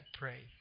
pray